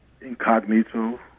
Incognito